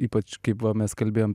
ypač kai buvo mes kalbėjom